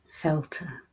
filter